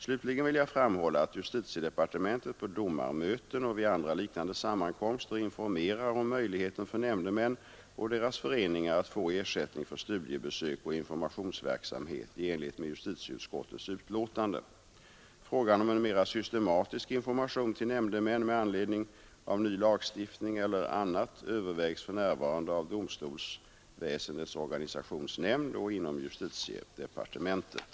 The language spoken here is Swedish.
Slutligen vill jag framhålla att justitiedepartementet på domarmöten och vid andra liknande sammankomster informerar om möjligheten för nämndemän och deras föreningar att få ersättning för studiebesök och informationsverksamhet i enlighet med justitieutskottets betänkande. Frågan om en mera systematisk information till nämndemän med anledning av ny lagstiftning eller annat övervägs för närvarande av domstolsväsendets organisationsnämnd och inom justitiedepartementet.